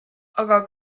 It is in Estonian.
aga